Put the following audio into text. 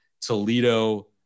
Toledo